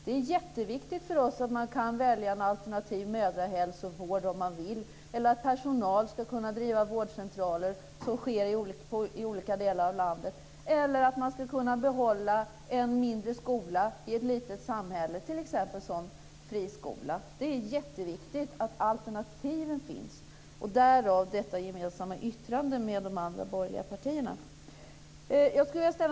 Det är jätteviktigt för oss att man kan välja en alternativ mödrahälsovård om man vill, att personal ska kunna driva vårdcentraler, som sker i olika delar av landet, eller att man ska kunna behålla en mindre skola i ett litet samhälle, t.ex. som friskola. Det är jätteviktigt att alternativen finns. Därav det gemensamma yttrandet med de andra borgerliga partierna. Bergqvist.